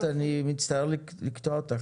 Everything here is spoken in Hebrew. ענת, אני מצטער לקטוע אותך.